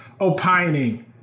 opining